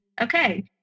okay